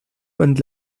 und